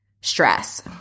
stress